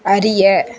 அறிய